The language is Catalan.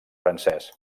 francès